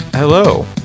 Hello